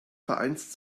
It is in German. vereins